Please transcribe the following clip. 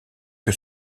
que